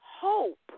hope